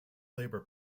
labour